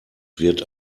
wird